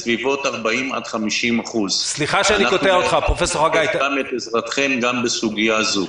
בסביבות 40% 50%. נבקש את עזרתכם גם בסוגיה זו.